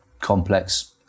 complex